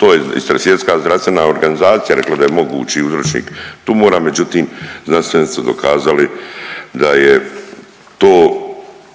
to je Svjetska zdravstvena organizacija rekla da je mogući uzročnik tumora, međutim znanstvenici su dokazali da je to